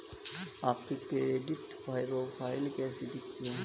आपकी credit profile कैसी दिखती है?